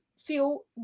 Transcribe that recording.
feel